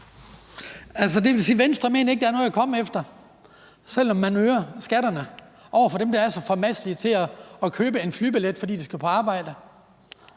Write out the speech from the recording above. (DD): Det vil sige, at Venstre ikke mener, der er noget at komme efter, selv om man øger skatterne over for dem, der er så formastelige at købe en flybillet, fordi de skal på arbejde.